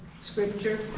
Scripture